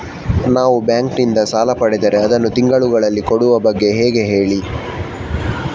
ನಾವು ಬ್ಯಾಂಕ್ ನಿಂದ ಸಾಲ ಪಡೆದರೆ ಅದನ್ನು ತಿಂಗಳುಗಳಲ್ಲಿ ಕೊಡುವ ಬಗ್ಗೆ ಹೇಗೆ ಹೇಳಿ